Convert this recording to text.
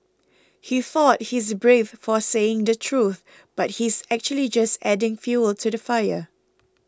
he thought he is brave for saying the truth but he's actually just adding fuel to the fire